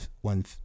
one